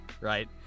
right